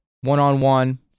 one-on-one